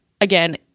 again